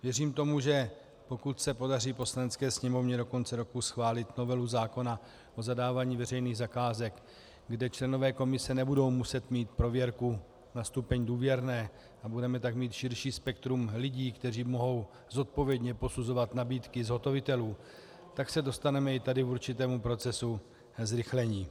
Věřím tomu, že pokud se Poslanecké sněmovně podaří do konce roku schválit novelu zákona o zadávání veřejných zakázek, kde členové komise nebudou muset mít prověrku na stupeň důvěrné, a budeme tak mít širší spektrum lidí, kteří mohou zodpovědně posuzovat nabídky zhotovitelů, tak se dostaneme i tady k určitému procesu zrychlení.